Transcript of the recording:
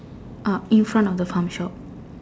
uh in front of the farm shop